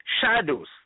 shadows